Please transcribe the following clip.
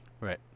Right